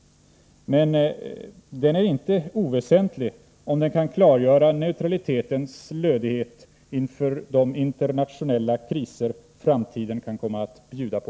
Men den är inte oväsentlig om den kan klargöra neutralitetens lödighet inför de internationella kriser framtiden kan komma att bjuda på.